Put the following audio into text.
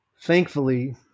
Thankfully